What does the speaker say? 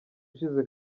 ushize